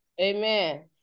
Amen